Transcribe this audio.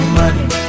money